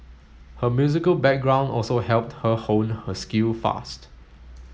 her musical background also helped her hone her skill fast